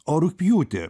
o rugpjūtį